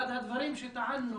אחד הדברים שטענו